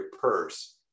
purse